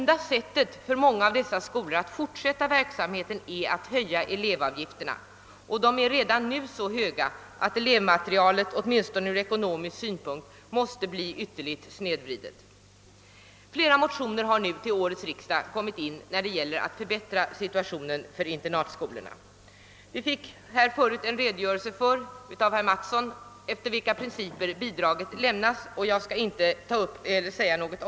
Den enda möjligheten för dessa skolor att fortsätta sin verksamhet är att höja elevavgifterna, vilka redan nu är så höga, att elevmaterialet åtminstone ur ekonomisk synpunkt måste bli ytterligt snedvridet. Till årets riksdag har flera motioner inkommit med förslag att förbättra situationen för internatskolorna. Herr Mattsson redogjorde nyss för de principer som gäller för bidragsgivningen, och jag skall inte gå in på den frågan.